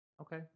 Okay